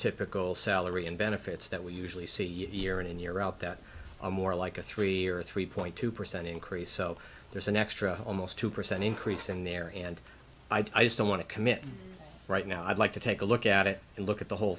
typical salary and benefits that we usually see year in year out that are more like a three or three point two percent increase so there's an extra almost two percent increase in there and i just don't want to commit right now i'd like to take a look at it and look at the whole